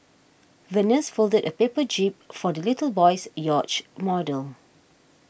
the nurse folded a paper jib for the little boy's yacht model